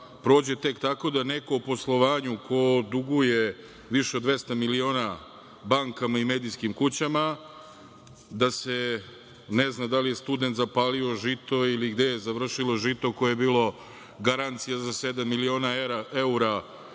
prođe tek tako da neko ko u poslovanju duguje više od 200 miliona bankama i medijskim kućama, da se ne zna da li je student zapalio žito ili gde je završilo žito koje je bilo garancija za sedam miliona evra